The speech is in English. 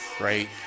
right